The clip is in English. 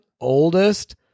oldest